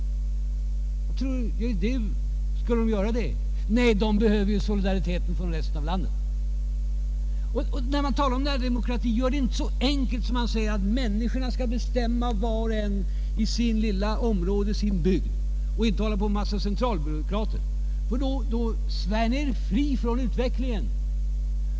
Nej, de behöver fortfarande solidariteten från resten av landet. Det talas om närdemokrati, men det är inte så enkelt som att människorna skall kunna bestämma var och en i sitt lilla område, i sin bygd och att man inte skall ha en mängd centralbyråkrater. Med sådant resonemang svär ni er fria från utvecklingen.